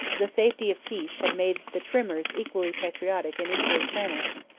the safety of peace had made the trimmers equally patriotic and equally clamorous.